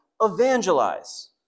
evangelize